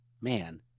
man